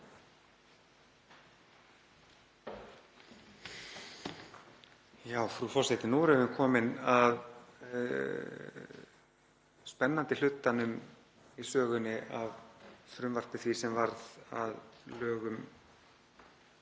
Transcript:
Frú forseti. Nú erum við komin að spennandi hlutanum í sögunni af frumvarpi því sem varð að lögum